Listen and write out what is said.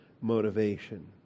motivation